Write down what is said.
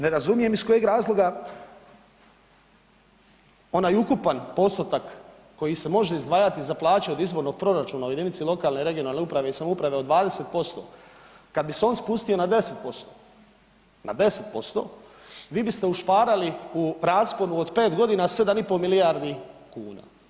Ne razumijem iz kojeg razloga onaj ukupan postotak koji se može izdvajati za plaće od izbornog proračuna u jedinice lokalne (regionalne) uprave i samouprave od 20% kada bi se on spustio na 10%, na 10% vi biste ušparali u rasponu od 5 godina 7 i pol milijardi kuna.